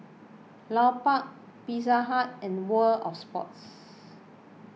Lupark Pizza Hut and World of Sports